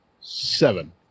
seven